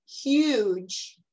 huge